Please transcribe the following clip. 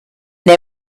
they